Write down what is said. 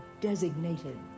designated